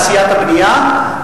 הוא משרת את תעשיית הבנייה,